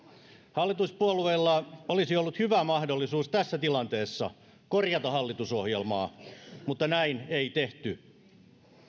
hallituspuolueilla olisi ollut hyvä mahdollisuus tässä tilanteessa korjata hallitusohjelmaa mutta näin ei tehty